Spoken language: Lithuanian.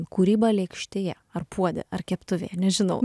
kūryba lėkštėje ar puode ar keptuvėje nežinau